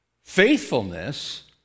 Faithfulness